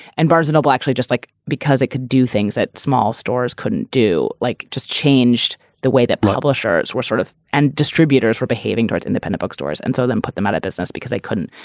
and barnes noble actually just like because it could do things that small stores couldn't do, like just changed the way that publishers were sort of and distributors were behaving towards independent bookstores. and so then put them out of business because they couldn't,